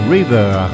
River